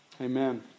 Amen